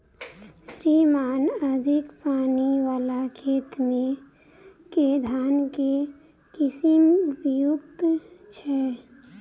श्रीमान अधिक पानि वला खेत मे केँ धान केँ किसिम उपयुक्त छैय?